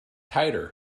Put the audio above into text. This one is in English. tighter